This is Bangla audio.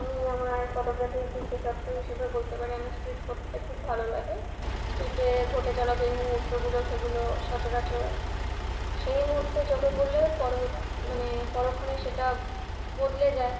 আমি আমার ফটোগ্রাফির বিশেষত্ব হিসেবে বলতে পারি আমি স্ট্রিট করতে খুব ভালো লাগে স্ট্রিটে ঘটে চলা যে মুহুর্তগুলো সেগুলো সচরাচর সেই মুহুর্তে চোখে পড়লে পরবর্তী মানে পরক্ষণেই সেটা বদলে যায়